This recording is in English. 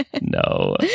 No